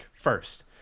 first